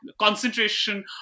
concentration